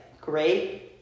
great –